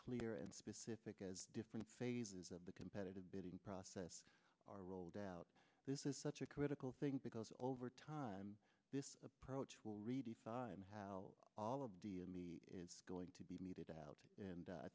clear and specific as different phases of the competitive bidding process are rolled out this is such a critical thing because over time this approach will read if i'm how all of the is going to be meted out and i